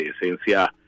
esencia